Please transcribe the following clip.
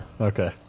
Okay